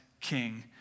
king